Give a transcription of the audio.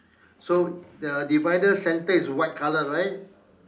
so the divider center is white color right